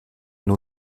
nur